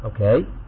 Okay